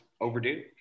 overdue